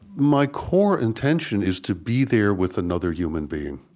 my core intention is to be there with another human being.